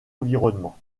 environnement